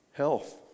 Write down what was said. Health